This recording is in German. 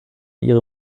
ihre